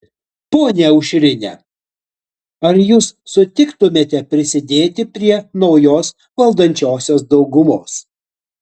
ponia aušrine ar jūs sutiktumėte prisidėti prie naujos valdančiosios daugumos